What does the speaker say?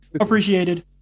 appreciated